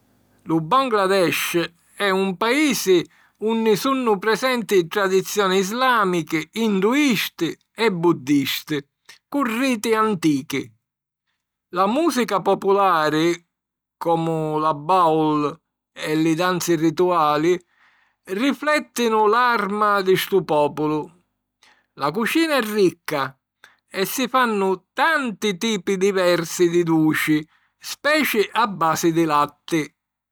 Lu Bangladesh è un paisi unni sunnu presenti tradizioni islàmichi, induisti e buddisti, cu riti antichi. La mùsica populari, comu la Baul e li danzi rituali, riflèttinu l’arma di stu pòpulu. La cucina è ricca e si fannu tanti tipi diversi di duci, speci a basi di latti.